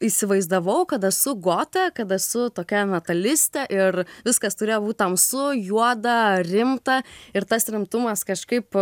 įsivaizdavau kada esu gotė kada su tokia metalistė ir viskas turėjo būt tamsu juoda rimta ir tas rimtumas kažkaip